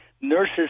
nurses